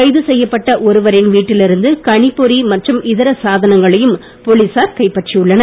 கைது செய்யப்பட்ட ஒருவரின் வீட்டில் இருந்து கணிப்பொறி மற்றும் இதர சாதனங்களையும் போலீசார் கைப்பற்றியுள்ளனர்